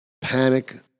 panic